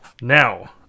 Now